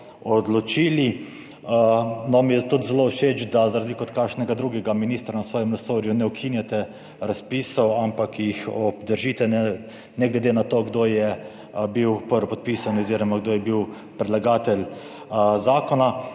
odločili prav. Zelo mi je tudi všeč, da za razliko od kakšnega drugega ministra na svojem resorju ne ukinjate razpisov, ampak jih obdržite, ne glede na to, kdo je bil prvopodpisani oziroma kdo je bil predlagatelj zakona.